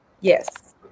Yes